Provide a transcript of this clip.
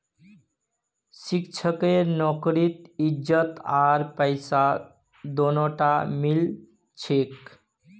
शिक्षकेर नौकरीत इज्जत आर पैसा दोनोटा मिल छेक